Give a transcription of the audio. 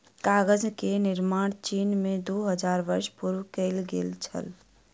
कागज के निर्माण चीन में दू हजार वर्ष पूर्व कएल गेल छल